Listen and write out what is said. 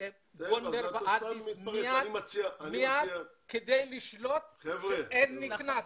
גונדר ואדיס מייד, כדי לשלוט בזה שאין נכנס,